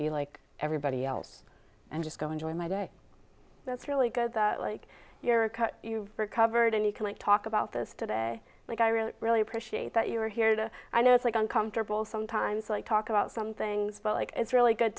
be like everybody else and just go enjoy my day that's really good that like you're a cut you recovered and you can't talk about this today like i really really appreciate that you are here to i know it's like uncomfortable sometimes like talk about some things but like it's really good